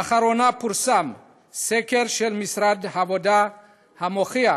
לאחרונה פורסם סקר של משרד העבודה המוכיח